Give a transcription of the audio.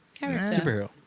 superhero